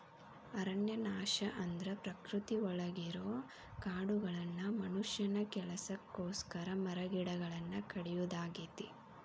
ಅರಣ್ಯನಾಶ ಅಂದ್ರ ಪ್ರಕೃತಿಯೊಳಗಿರೋ ಕಾಡುಗಳನ್ನ ಮನುಷ್ಯನ ಕೆಲಸಕ್ಕೋಸ್ಕರ ಮರಗಿಡಗಳನ್ನ ಕಡಿಯೋದಾಗೇತಿ